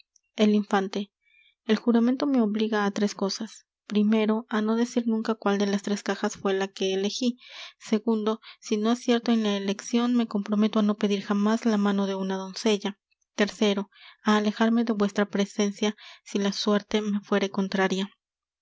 el infante el juramento me obliga á tres cosas primero á no decir nunca cuál de las tres cajas fué la que elegí segundo si no acierto en la eleccion me comprometo á no pedir jamas la mano de una doncella tercero á alejarme de vuestra presencia si la suerte me fuere contraria